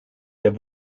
der